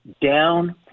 down